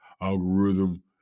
Algorithm